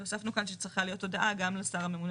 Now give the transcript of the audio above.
והוספנו כאן שצריכה להיות הודעה גם לשר הממונה